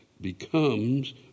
becomes